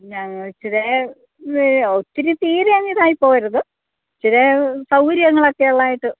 നാ ഇച്ചിരി ഒത്തിരി തീരെ അങ്ങ് ഇതായി പോകരുത് ഇച്ചിരെ സൗകര്യങ്ങളൊക്കെ ആയിട്ട്